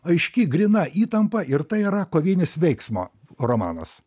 aiški gryna įtampa ir tai yra kovinis veiksmo romanas